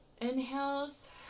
inhales